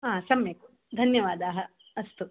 सम्यक् धन्यवादाः अस्तु